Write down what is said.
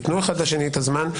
תנו אחד לשני את הזמן.